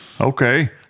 Okay